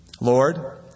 Lord